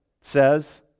says